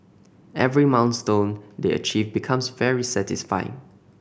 every milestone they achieve becomes very satisfying